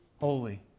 holy